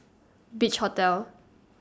Beach Hotel